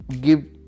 Give